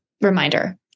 reminder